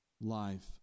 life